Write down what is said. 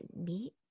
meet